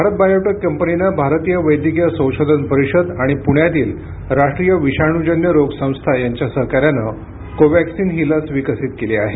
Bharat biotech कंपनीन भारतीय वैद्यकीय संशोधन परिषद आणि पुण्यातील राष्ट्रीय विषाणूजन्य रोग संस्था यांच्या सहकार्यानं कोवॅक्सिन ही लस विकसित केली आहे